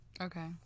Okay